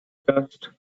just